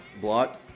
block